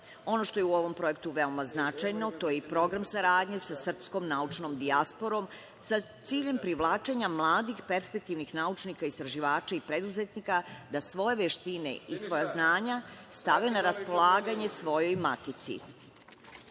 Ono što je u ovom projektu veoma značajno to je program saradnje sa srpskom naučnom dijasporom sa ciljem privlačenja mladih, perspektivnih naučnička, istraživača i preduzetnika da svoje veštine i svoja znanja stavi na raspolaganje svojoj matici. Par